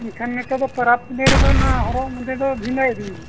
ᱮᱱᱠᱷᱟᱱ ᱱᱮᱛᱟᱨ ᱫᱚ ᱯᱚᱨᱚᱵᱽ ᱯᱩᱱᱟᱹᱭ ᱨᱮᱫᱚ ᱱᱚᱣᱟ ᱦᱚᱨᱚᱜ ᱵᱟᱸᱫᱮ ᱫᱚ ᱵᱷᱤᱱᱟᱹ ᱤᱫᱤᱭᱮᱱᱟ